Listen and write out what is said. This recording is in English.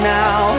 now